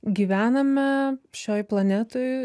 gyvename šioj planetoj